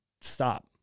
stop